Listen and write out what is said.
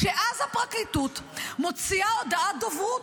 ואז הפרקליטות מוציאה הודעת דוברות,